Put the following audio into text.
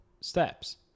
steps